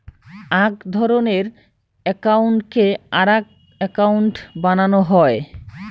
আক ধরণের একউন্টকে আরাক একউন্ট বানানো হই